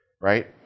right